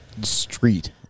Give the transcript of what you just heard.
street